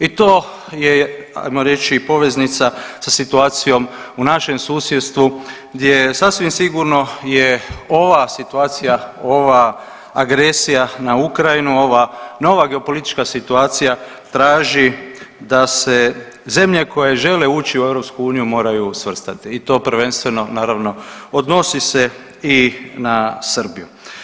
I to je hajmo reći i poveznica sa situacijom u našem susjedstvu gdje sasvim sigurno je ova situacija, ova agresija na Ukrajinu, ova nova geopolitička situacija traži da se zemlje koje žele ući u EU moraju svrstati i to prvenstveno naravno odnosi se i na Srbiju.